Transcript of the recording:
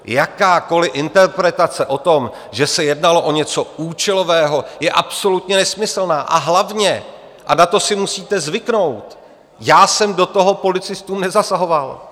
Jakákoli interpretace o tom, že se jednalo o něco účelového, je absolutně nesmyslná, a hlavně, a na to si musíte zvyknout, já jsem do toho policistům nezasahoval.